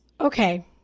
Okay